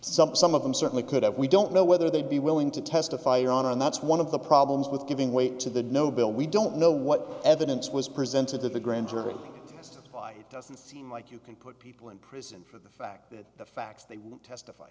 some some of them certainly could have we don't know whether they'd be willing to testify on and that's one of the problems with giving weight to the no bill we don't know what evidence was presented to the grand jury as to why it doesn't seem like you can put people in prison for the fact that the facts they will testify